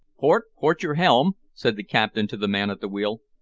port, port your helm, said the captain to the man at the wheel.